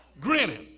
grinning